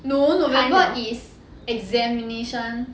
no november is examination